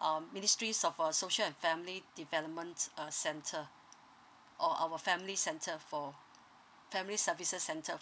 um ministries of uh social and family development uh centre or our family center for family services centre